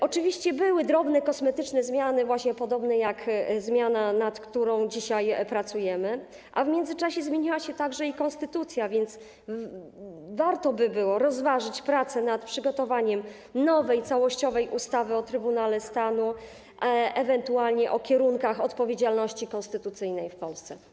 Oczywiście były drobne, kosmetyczne zmiany podobne właśnie do zmiany, nad którą dzisiaj pracujemy, a w międzyczasie zmieniła się także konstytucja, więc warto by było rozważyć prace nad przygotowaniem nowej, całościowej ustawy o Trybunale Stanu, ewentualnie o kierunkach odpowiedzialności konstytucyjnej w Polsce.